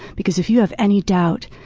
because if you have any doubt,